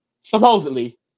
Supposedly